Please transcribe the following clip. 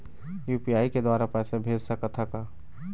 UPI के द्वारा पैसा भेज सकत ह का?